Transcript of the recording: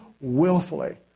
willfully